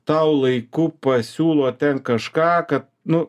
tau laiku pasiūlo ten kažką kad nu